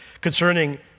concerning